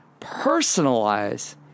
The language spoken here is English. Personalize